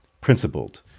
principled